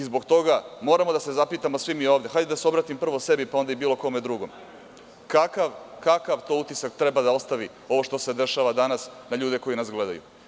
Zbog toga, moramo da se zapitamo vi mi ovde, hajde da se obratim prvo sebi, pa onda i bilo kome drugom, kakav to utisak treba da ostavi ovo što se dešava danas na ljude koji nas gledaju.